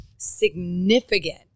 significant